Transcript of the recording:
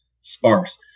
sparse